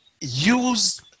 use